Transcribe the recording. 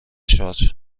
شارژ